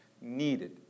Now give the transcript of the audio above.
needed